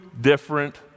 different